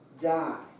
die